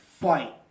fight